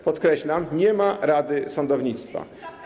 Podkreślam: nie ma rady sądownictwa.